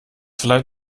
verleiht